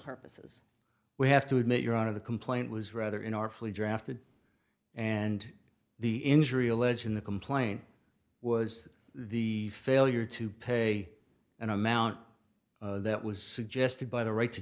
purposes we have to admit your honor the complaint was rather in our fleet drafted and the injury alleged in the complaint was the failure to pay an amount that was suggested by the right to